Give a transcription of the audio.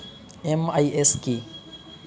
MIS কি?